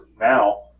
now